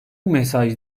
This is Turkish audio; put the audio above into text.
mesaj